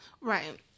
Right